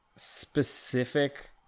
Specific